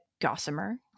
Gossamer